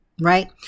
right